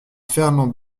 fernand